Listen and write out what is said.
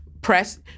press